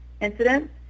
incident